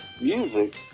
music